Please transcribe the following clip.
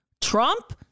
Trump